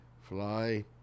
fly